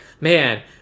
man